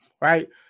right